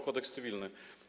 Kodeks cywilny.